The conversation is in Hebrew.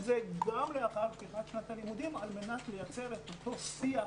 זה גם לאחר פתיחת שנת הלימודים על מנת לייצר את אותו שיח